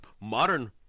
modern